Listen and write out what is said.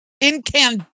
incandescent